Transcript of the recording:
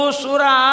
sura